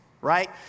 right